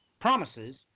promises